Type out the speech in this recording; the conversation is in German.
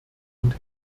und